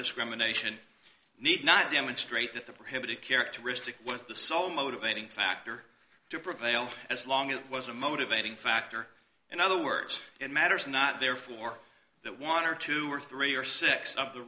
discrimination need not demonstrate that the prohibited characteristic was the sole motivating factor to prevail as long as it was a motivating factor in other words it matters not therefore that won or two or three or six of the